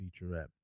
featurette